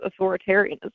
authoritarianism